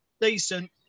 decent